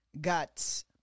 got